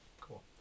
cool